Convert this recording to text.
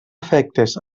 efectes